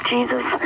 Jesus